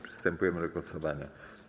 Przystępujemy do głosowania.